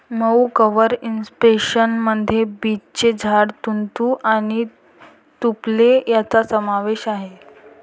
मऊ cover impression मध्ये बीचचे झाड, तुती आणि तुपेलो यांचा समावेश आहे